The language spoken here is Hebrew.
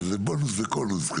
אבל זה בונוס בכל נושא,